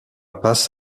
passe